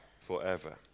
forever